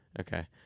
okay